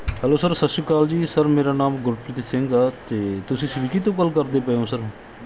hello sir ਸਤਿ ਸ਼੍ਰੀ ਅਕਾਲ ਜੀ ਸਰ ਮੇਰਾ ਨਾਮ ਗੁਰਪ੍ਰੀਤ ਸਿੰਘ ਆ ਅਤੇ ਤੁਸੀਂ ਸਵਿੱਗੀ ਤੋਂ ਗੱਲ ਕਰਦੇ ਪਏ ਹੋ ਸਰ